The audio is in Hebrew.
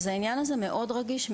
אז העניין הזה מאוד רגיש,